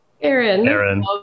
Aaron